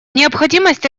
необходимость